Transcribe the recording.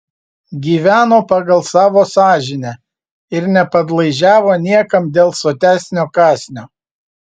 gyveno pagal savo sąžinę ir nepadlaižiavo niekam dėl sotesnio kąsnio